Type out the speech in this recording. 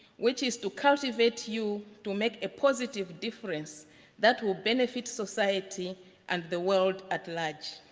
which is to cultivate you to make a positive difference that would benefit society and the world at large.